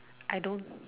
I don't